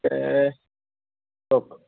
কওক